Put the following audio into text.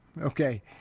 Okay